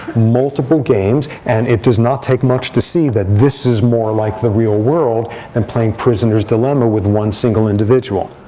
multiple games, and it does not take much to see that this is more like the real world than playing prisoner's dilemma with one single individual.